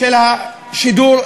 של השידור הציבורי,